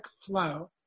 flow